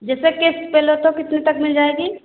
जैसे क़िस्त पर लो तो कितने तक मिल जाएगा